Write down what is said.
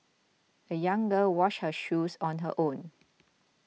the young girl washed her shoes on her own